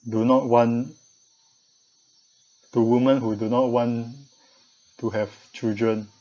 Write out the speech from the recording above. do not want the women who do not want to have children